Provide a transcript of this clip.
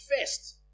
first